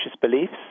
beliefs